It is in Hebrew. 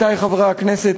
עמיתי חברי הכנסת,